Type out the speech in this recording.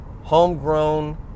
Homegrown